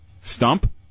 stump